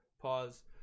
Pause